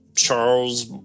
Charles